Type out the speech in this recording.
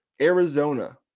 Arizona